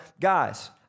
Guys